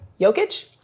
Jokic